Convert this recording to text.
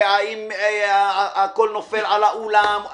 האם הכול נופל על האולם.